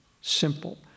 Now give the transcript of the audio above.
Simple